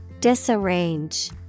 Disarrange